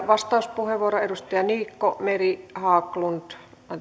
vastauspuheenvuoroa edustajat niikko meri haglund